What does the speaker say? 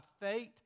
faith